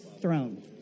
throne